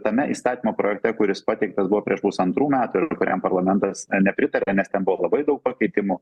tame įstatymo projekte kuris pateiktas buvo prieš pusantrų metų ir kuriam parlamentas nepritarė nes ten buvo labai daug pakeitimų